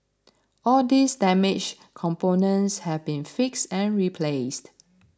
all these damaged components have been fixed and replaced